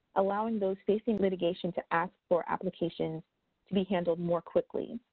allowing those facing litigation to ask for applications to be handled more quickly.